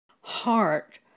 heart